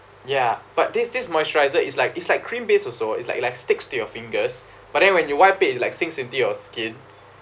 yeah but this this moisturizer is like is like cream based also it's like like sticks to your fingers but then when you wipe it like sinks into your skin